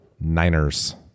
Niners